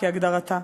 כהגדרתה.